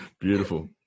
Beautiful